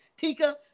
Tika